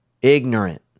ignorant